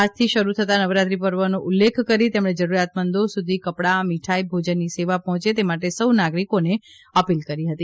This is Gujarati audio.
આજથી શરૂ થતાં નવરાત્રી પર્વનો ઉલ્લેખ કરી તેમણે જરૂરિયાતમંદો સુધી કપડા મિઠાઇ ભોજનની સેવા પહોંચે તે માટે સૌ નાગરિકોને અપીલ કરી હતી